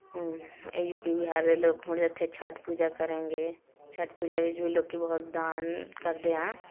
ਇਹ U P Bihar ਦੇ ਲੋਕ ਹੁਣ ਇੱਥੇ ਛੱਠ ਪੂਜਾ ਕਰਨਗੇ ਛੱਠ ਪੂਜਾ ਵਿੱਚ ਵੀ ਲੋਕ ਬਹੁਤ ਦਾਨ ਕਰਦੇ ਹਾਂ